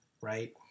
right